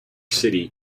city